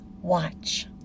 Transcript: Watch